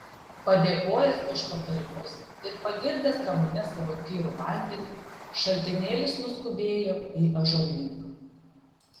padėkojęs už patarimus ir pagirdęs ramunes savo tyru vandeniu šaltinėlis nuskubėjo į ąžuolyną